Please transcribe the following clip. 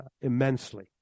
immensely